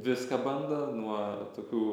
ir viską bando nuo tokių